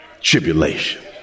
tribulation